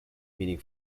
meaning